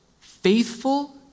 faithful